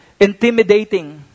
intimidating